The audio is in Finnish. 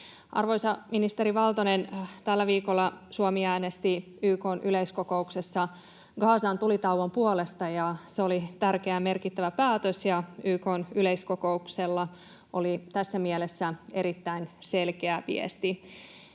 Arvoisa ministeri Valtonen, tällä viikolla Suomi äänesti YK:n yleiskokouksessa Gazan tulitauon puolesta, ja se oli tärkeä ja merkittävä päätös. YK:n yleiskokouksella oli tässä mielessä erittäin selkeä viesti.